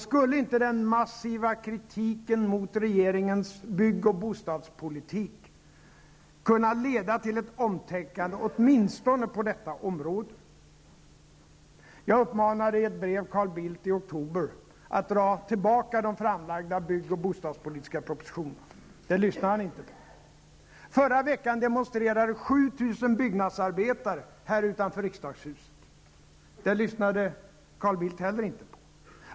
Skulle inte den massiva kritiken mot regeringens bygg och bostadspolitik kunna leda till ett omtänkande -- åtminstone på detta område? Jag uppmanade Carl Bildt i ett brev i oktober att dra tillbaka de framlagda bygg och bostadspolitiska propositionerna. Han lyssnade inte på det. Förra vecka demonstrerade 7 000 byggnadsarbetare här i Stockholm. Dem lyssnade han inte heller på.